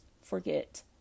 forget